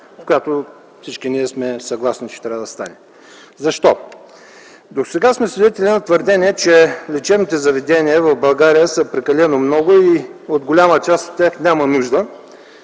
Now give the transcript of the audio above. която всички ние сме съгласни, че трябва да стане. Защо? Досега сме свидетели на твърдение, че лечебните заведения в България са прекалено много и от голяма част от тях няма нужда.